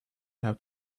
have